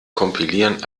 kompilieren